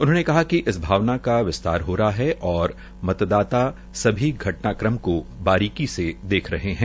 उन्होंने कहा कि इस भावना का विस्तार हो रहा है और मतदाता सभी घटनाक्रम को बरीकी से देख रहा है